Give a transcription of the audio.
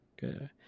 Good